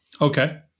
Okay